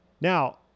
Now